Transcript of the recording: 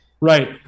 Right